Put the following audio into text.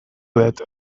dut